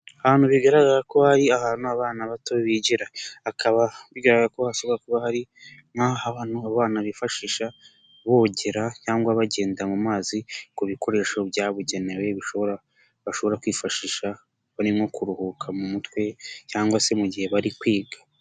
Ahantu bigaragarako hari ahantu abana bato bigira, hakaba bigaragarako hashobora kuba hari nkaha bano bana bifashisha bogera cyangwa bagenda mu mazi ku bikoresho byabugenewe bishobora bashobora kwifashisha bari nko kuruhuka mu mutwe cyangwa se mu gihe bari kwiga.